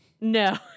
no